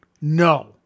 No